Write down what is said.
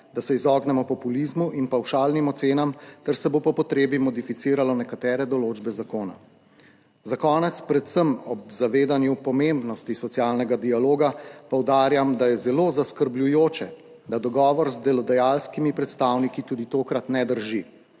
da se izognemo populizmu in pavšalnim ocenam ter se bo po potrebi modificiralo nekatere določbe zakona. Za konec predvsem ob zavedanju pomembnosti socialnega dialoga poudarjam, da je zelo zaskrbljujoče, da dogovor z delodajalskimi predstavniki tudi tokrat ne drži.